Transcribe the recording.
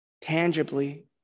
tangibly